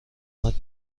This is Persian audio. اومد